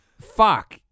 fuck